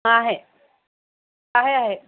आहे आहे आहे